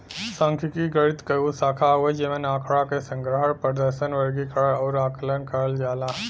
सांख्यिकी गणित क उ शाखा हउवे जेमन आँकड़ा क संग्रहण, प्रदर्शन, वर्गीकरण आउर आकलन करल जाला